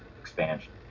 expansion